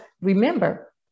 remember